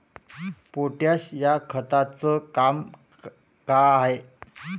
Potash या खताचं काम का हाय?